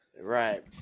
right